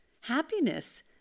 Happiness